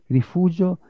rifugio